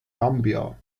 gambia